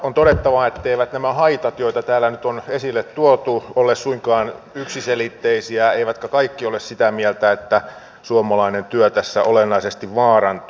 on todettava etteivät nämä haitat joita täällä nyt on esille tuotu ole suinkaan yksiselitteisiä eivätkä kaikki ole sitä mieltä että suomalainen työ tässä olennaisesti vaarantuu